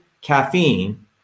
caffeine